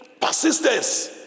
persistence